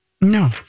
No